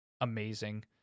amazing